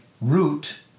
root